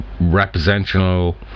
Representational